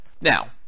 Now